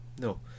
No